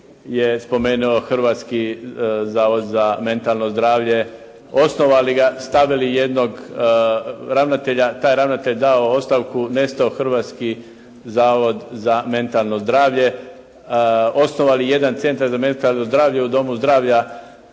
je spomenuo Hrvatski zavod za mentalno zdravlje. Osnovali ga, stavili jednog ravnatelja, taj ravnatelj dao ostavku, nestao Hrvatski zavod za mentalno zdravlje. Osnovali jedan Centar za mentalno zdravlje u Domu zdravlja